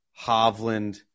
Hovland